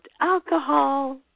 alcohol